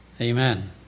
amen